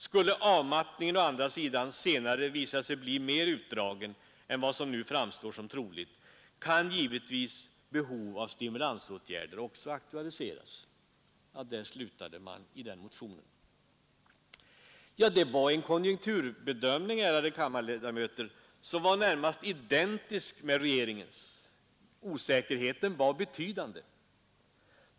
Skulle avmattningen å andra sidan senare visa sig bli mer utdragen än vad som nu framstår som troligt, kan givetvis behov av stimulansåtgärder också aktualiseras.” Det var en konjunkturbedömning, ärade kammarledamöter, som var närmast identisk med regeringens. Osäkerheten var betydande.